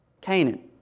Canaan